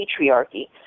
patriarchy